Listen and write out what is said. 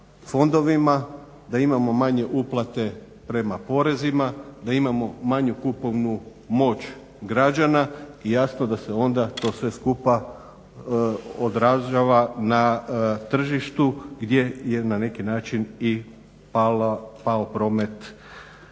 da imamo manje uplate prema porezima, da imamo manju kupovnu moć građana i jasno da se onda to sve skupa odražava na tržištu gdje je na neki način i pao promet